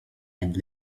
and